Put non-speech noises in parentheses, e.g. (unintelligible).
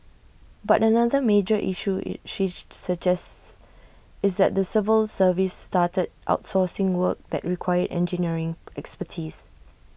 but another major issue (unintelligible) she suggests is that the civil service started outsourcing work that required engineering expertise